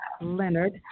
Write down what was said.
Leonard